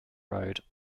road